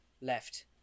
left